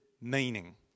meaning